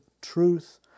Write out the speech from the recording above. truth